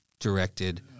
directed